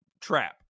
trap